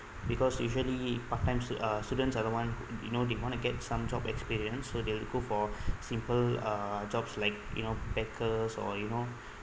because usually part time uh students are the one you know they want to get some job experience so they would go for simple uh jobs like you know packers or you know